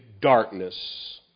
darkness